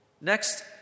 Next